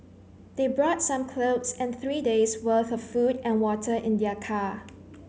they brought some clothes and three days' worth of food and water in their car